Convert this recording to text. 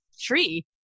tree